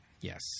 Yes